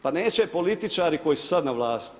Pa neće političari koji su sada na vlasti.